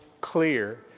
clear